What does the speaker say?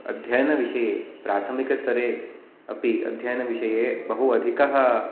अध्ययनविषये प्राथमिकस्तरे अपि अध्ययनविषये बहु अधिकः